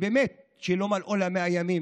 שבאמת עוד לא מלאו לה 100 ימים.